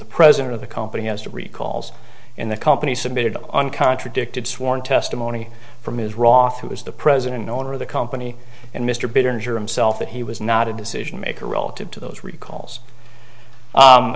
the president of the company as to recalls in the company submitted on contradicted sworn testimony from ms roth who was the president owner of the company and mr bidder injure him self that he was not a decision maker relative to those recalls